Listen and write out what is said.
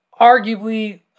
arguably